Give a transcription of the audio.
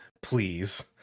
please